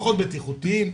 פחות בטיחותיים.